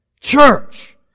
church